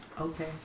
Okay